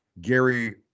Gary